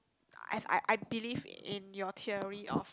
I've uh I believe in your theory of